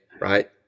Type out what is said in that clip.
Right